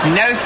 no